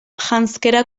janzkera